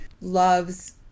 loves